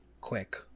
quick